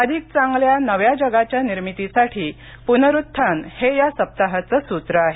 अधिक चांगल्या नव्या जगाच्या निर्मितीसाठी पुनरुत्थान हे या सप्ताहाचं सूत्र आहे